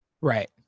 Right